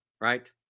right